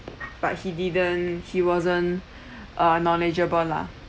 but he didn't he wasn't uh knowledgeable lah